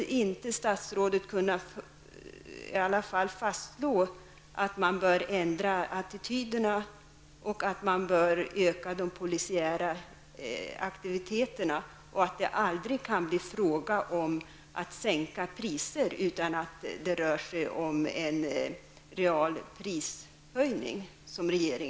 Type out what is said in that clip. Kunde statsrådet inte trots allt fastslå att man bör ändra attityderna och att man bör öka de polisiära aktiviteterna samt att det aldrig kan bli fråga om att sänka priserna utan regeringen kommer att föreslå är en realprishöjning?